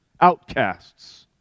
outcasts